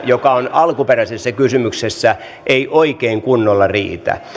joka on alkuperäisessä kysymyksessä löytyy jatkokysymyksestä ei oikein kunnolla riitä